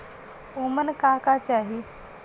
उमन का का चाही?